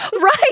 right